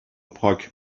پاک